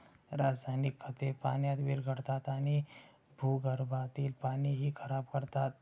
रासायनिक खते पाण्यात विरघळतात आणि भूगर्भातील पाणीही खराब करतात